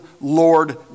Lord